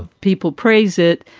people praise it.